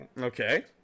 Okay